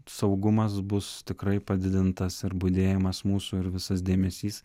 saugumas bus tikrai padidintas ir budėjimas mūsų ir visas dėmesys